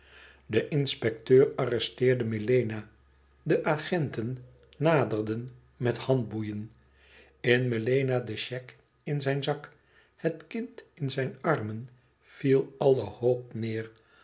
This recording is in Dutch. de inspecteur arresteerde melena de agenten naderden met de handboeien in melena de chèque in zijn zak het kind in zijn armen viel alle hoop neêr